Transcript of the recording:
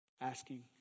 asking